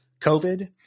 COVID